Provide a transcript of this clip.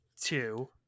two